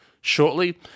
shortly